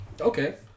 Okay